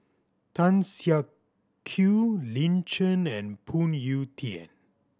Tan Siak Kew Lin Chen and Phoon Yew Tien